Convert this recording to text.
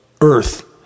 Earth